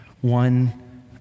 one